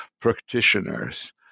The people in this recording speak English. practitioners